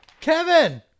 Kevin